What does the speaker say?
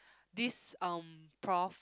this um prof